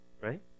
right